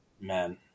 Man